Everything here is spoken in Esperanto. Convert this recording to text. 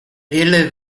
ili